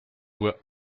voie